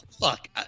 look